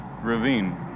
ravine